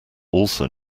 also